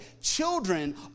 children